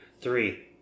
three